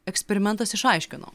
eksperimentas išaiškino